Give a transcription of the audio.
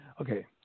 okay